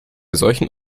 solchen